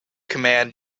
command